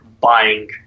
buying